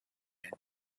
and